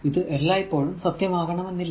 ഇത് എല്ലായ്പോഴും സത്യമാകണമെന്നില്ല